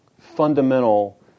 fundamental